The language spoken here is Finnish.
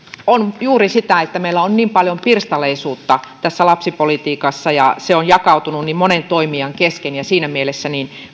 on juuri sitä että meillä on niin paljon pirstaleisuutta tässä lapsipolitiikassa ja se on jakautunut niin monen toimijan kesken ja siinä mielessä